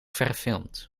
verfilmd